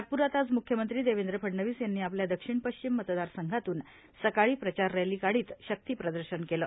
नागपुरात आज मुख्यमंत्री देवेंद्र फडणवीस यांनी आपल्या दक्षिण पश्चिम मतदारसंघातून सकाळी प्रचार रॅली काढीत ाक्तिप्रदर्शन केलं